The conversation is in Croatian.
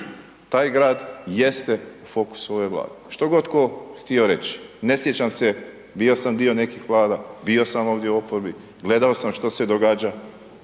taj grad jeste u fokusu ove Vlade, što god tko htio reći, ne sjećam se, bio sam dio nekih Vlada, bio sam ovdje u oporbi, gledao sam što se događa,